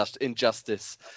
injustice